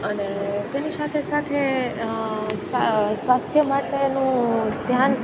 અને તેની સાથે સાથે સ્વાસ્થ્ય માટેનું ધ્યાન